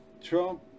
Trump